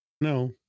No